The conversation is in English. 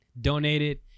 donated